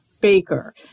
baker